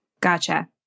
Gotcha